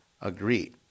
agree